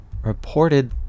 reported